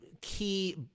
key